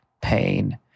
pain